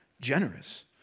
generous